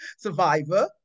survivor